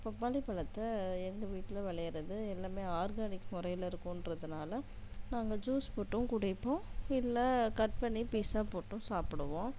பப்பாளி பழத்தை எங்கள் வீட்டில் விளையிறது எல்லாமே ஆர்கானிக் முறையில இருக்குன்றதுனால நாங்கள் ஜூஸ் போட்டும் குடிப்போம் இல்லை கட் பண்ணி பீஸாக போட்டும் சாப்பிடுவோம்